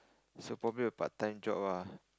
so probably a part time job ah